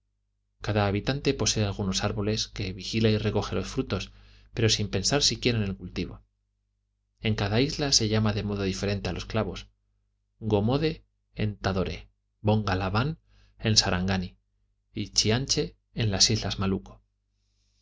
cada habitante posee algunos árboles que vigila y recoge los frutos pero sin pensar siquiera en el cultivo en cada isla se llama de modo diferente a los clavos gomode en tadore bongalavan en sarangani y chianche en las islas malucco